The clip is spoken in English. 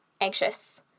anxious